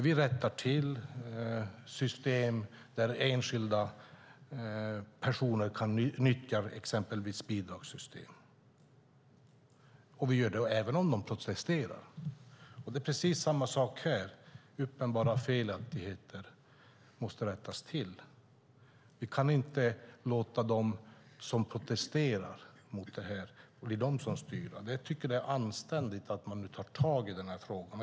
Vi rättar till det när enskilda personer exempelvis kan utnyttja bidragssystem. Vi gör det även om de protesterar. Det är precis samma sak här. Uppenbara felaktigheter måste rättas till. Vi kan inte låta de som protesterar mot det här bli de som styr. Jag tycker att det är anständigt att man nu tar tag i den här frågan.